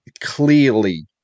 clearly